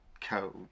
code